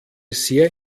sehr